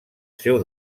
seu